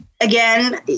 again